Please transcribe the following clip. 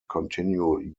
continue